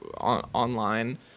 online